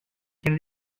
tient